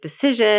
decision